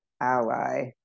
ally